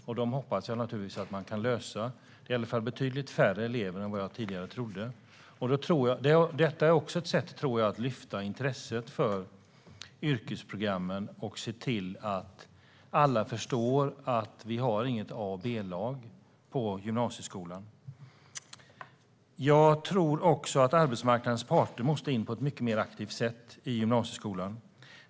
Jag hoppas naturligtvis att man kan lösa det. Det är i alla fall betydligt färre elever än jag tidigare trodde. Jag tror att detta också är ett sätt att lyfta intresset för yrkesprogrammen och se till att alla förstår att vi inte har några A och B-lag i gymnasieskolan. Jag tror också att arbetsmarknadens parter måste in på ett mycket mer aktivt sätt i gymnasieskolan.